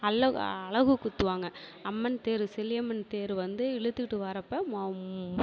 அல்ல அலகு குத்துவாங்க அம்மன் தேர் செல்லியம்மன் தேர் வந்து இழுத்துகிட்டு வரப்போ